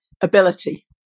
ability